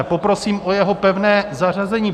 Poprosím o jeho pevné zařazení.